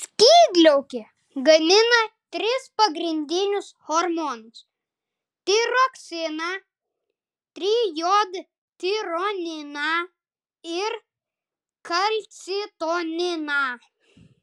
skydliaukė gamina tris pagrindinius hormonus tiroksiną trijodtironiną ir kalcitoniną